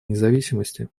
независимости